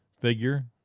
figure